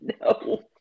No